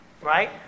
right